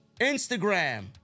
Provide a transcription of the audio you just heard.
Instagram